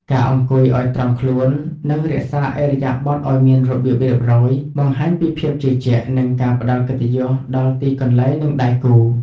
ការអង្គុយឱ្យត្រង់ខ្លួន និងរក្សាឥរិយាបថឱ្យមានរបៀបរៀបរយ បង្ហាញពីភាពជឿជាក់ និងការផ្ដល់កិត្តិយសដល់ទីកន្លែង និងដៃគូ។